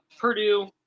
Purdue